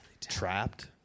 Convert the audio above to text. Trapped